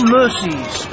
mercies